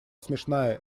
смешная